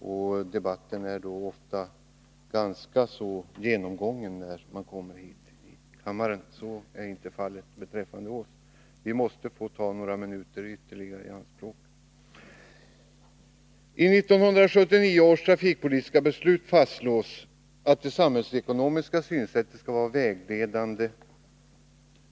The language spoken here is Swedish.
För dem är debatten ganska genomgången, när ärendet kommer upp i kammaren. Så är inte fallet beträffande oss. Vi måste få ta några minuter i anspråk. I 1979 års trafikpolitiska beslut fastslås att det samhällsekonomiska synsättet skall vara vägledande.